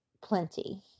plenty